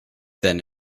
then